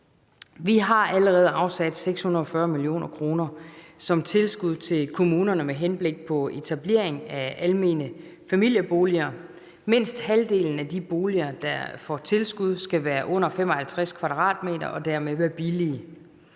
Vi har allerede afsat 640 mio. kr. til tilskud til kommunerne med henblik på etablering af almene familieboliger. Mindst halvdelen af de boliger, der får tilskud, skal være under 55 m² og dermed være billige.